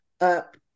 up